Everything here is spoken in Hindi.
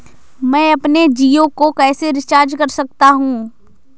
मैं अपने जियो को कैसे रिचार्ज कर सकता हूँ?